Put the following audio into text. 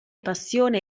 passione